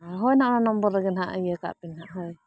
ᱟᱨ ᱦᱳᱭ ᱦᱟᱸᱜ ᱚᱱᱟ ᱱᱚᱢᱵᱚᱨ ᱨᱮᱜᱮ ᱱᱟᱦᱟᱜ ᱤᱭᱟᱹ ᱠᱟᱜ ᱯᱮ ᱦᱟᱜ ᱦᱳᱭ